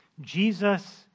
Jesus